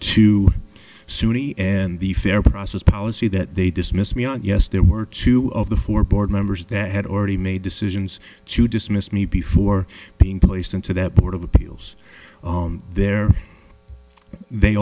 to sunni and the fair process policy that they dismissed me out yes there were two of the four board members that had already made decisions to dismiss me before being placed into that court of appeals there they